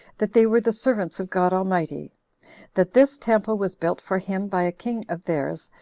that they were the servants of god almighty that this temple was built for him by a king of theirs,